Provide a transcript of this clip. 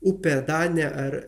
upė danė ar